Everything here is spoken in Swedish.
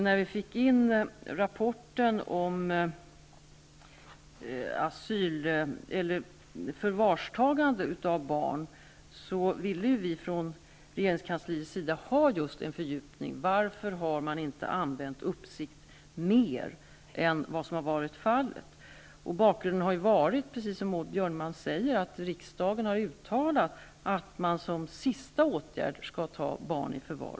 När vi fick in rapporten om förvarstagande av barn ville vi från regeringskansliets sida ha just en fördjupning: Varför har man inte använt ''uppsikt'' mer än vad som har varit fallet? Bakgrunden har varit, precis som Maud Björnemalm säger, att riksdagen har uttalat att man som sista åtgärd skall ta barn i förvar.